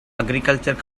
agricultural